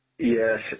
Yes